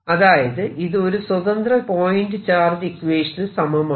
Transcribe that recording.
അതായത് ഇത് ഒരു സ്വതന്ത്ര പോയിന്റ് ചാർജ് ഇക്വേഷനു സമമാണ്